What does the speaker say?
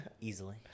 Easily